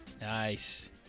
Nice